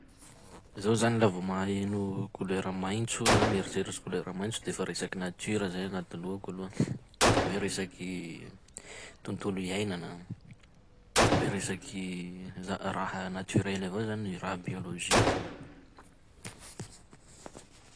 Zaho zany laha vao maheno kolera maitso na mieritseritsy kolera maitso de fa resaky nature zay agnaty lohako aloha, hoe resaky tontolo iainana, hoe resaky za- raha naturel avao zany e, raha biologique.